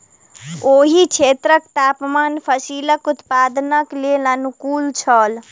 ओहि क्षेत्रक तापमान फसीलक उत्पादनक लेल अनुकूल छल